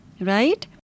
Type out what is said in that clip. Right